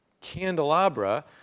candelabra